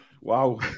Wow